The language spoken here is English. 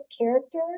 character